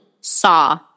saw